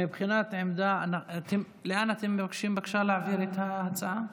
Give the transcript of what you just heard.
מבחינת עמדה, לאן אתם מבקשים להעביר את ההצעה?